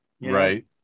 right